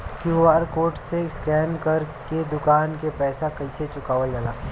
QR code से scan कर के दुकान के पैसा कैसे चुकावल जाला?